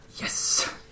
Yes